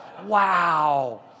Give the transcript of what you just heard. wow